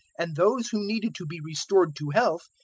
and those who needed to be restored to health,